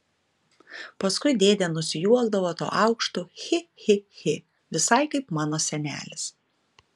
paskui dėdė nusijuokdavo tuo aukštu chi chi chi visai kaip mano senelis